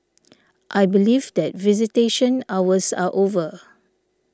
I believe that visitation hours are over